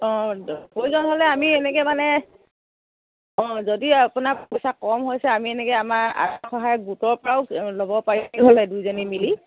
অঁ প্ৰয়োজন হ'লে আমি এনল্কৈ মানে অঁ যদি আপোনাৰ পইচা কম হৈছে আমি এনেকৈ আমাৰ আত্মসহায়ক গোটৰপৰাও ল'ব পাৰিলোঁ হ'লে দুয়োজনী মিলি